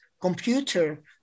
computer